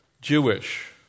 Jewish